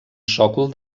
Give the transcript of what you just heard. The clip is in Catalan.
sòcol